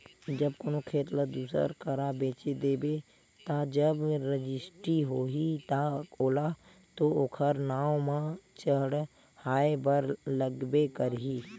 जब कोनो खेत ल दूसर करा बेच देबे ता जब रजिस्टी होही ता ओला तो ओखर नांव म चड़हाय बर लगबे करही